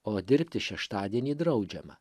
o dirbti šeštadienį draudžiama